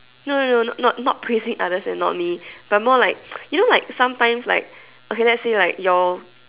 no no no not not not praising others and not me but more like you know like sometimes like okay let's say like your